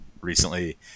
recently